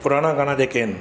पुराणा गाणा जेके आहिनि